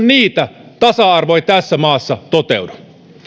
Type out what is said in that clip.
niitä tasa arvo ei tässä maassa toteudu